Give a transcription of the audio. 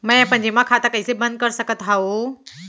मै अपन जेमा खाता कइसे बन्द कर सकत हओं?